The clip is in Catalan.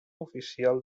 oficial